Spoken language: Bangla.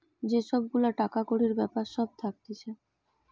যে সব গুলা টাকা কড়ির বেপার সব থাকতিছে